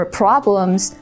problems